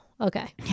Okay